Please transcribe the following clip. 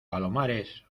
palomares